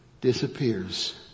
disappears